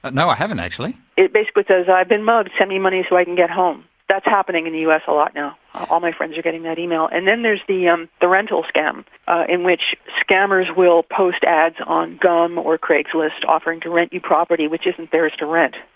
no, i haven't actually. it basically says i've been mugged, send me money so i can get home', that's happening in the us a lot now, all my friends are getting that email. and then there's the um the rental scam in which scammers will post ads on gum or craigslist offering to rent your property which isn't theirs to rent,